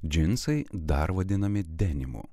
džinsai dar vadinami denimu